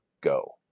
go